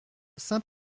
saint